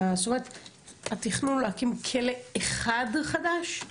התכנון הוא להקים כלא אחד חדש?